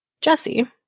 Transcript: Jesse